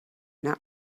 not